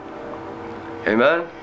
Amen